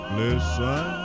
listen